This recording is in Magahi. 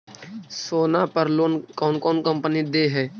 सोना पर लोन कौन कौन कंपनी दे है?